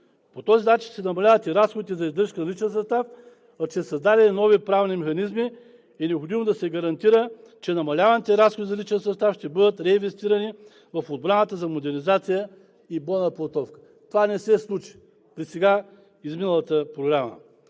По този начин се намаляват и разходите за издръжка на личен състав, а че са създадени нови правни механизми, е необходимо да се гарантира, че намаляваните разходи за личен състав ще бъдат реинвестирани в отбраната за модернизация и бойна подготовка. Това не се случи при сега изминалата програма.